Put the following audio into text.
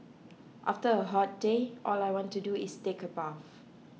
after a hot day all I want to do is take a bath